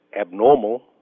abnormal